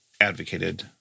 advocated